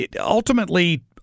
ultimately